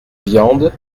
viande